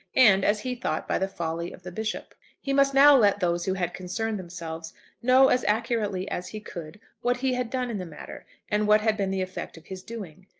and, as he thought, by the folly of the bishop. he must now let those who had concerned themselves know as accurately as he could what he had done in the matter, and what had been the effect of his doing.